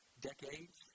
decades